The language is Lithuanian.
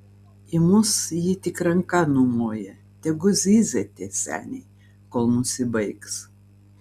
į mus ji tik ranka numoja tegu zyzia tie seniai kol nusibaigs